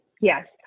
Yes